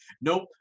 nope